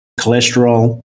cholesterol